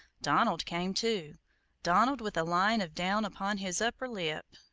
donald came, too donald, with a line of down upon his upper lip,